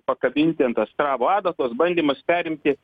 pakabinti ant astravo adatos bandymas perimti